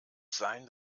sein